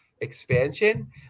expansion